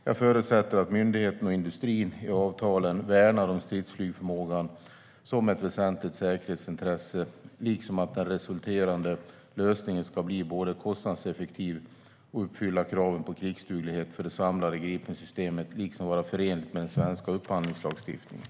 Jag förutsätter att myndigheten och industrin i avtalen värnar om stridsflygsförmågan som ett väsentligt säkerhetsintresse liksom att den resulterande lösningen ska bli kostnadseffektiv och uppfylla kraven på krigsduglighet för det samlade Gripensystemet samt vara förenlig med den svenska upphandlingslagstiftningen.